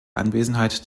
anwesenheit